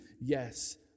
yes